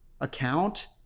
account